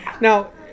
Now